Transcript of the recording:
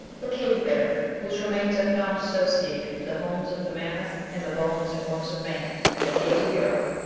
the cave bear, whose remains are found associated with the bones of the mammoth and the bones and works of man in the caves of europe,